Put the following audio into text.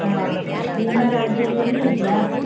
ಹಾಂ ಸರಿ ನಿಮ್ಮ ರಾಜ್ಯದಲ್ಲಿ ಇದೆಯಾ